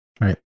Right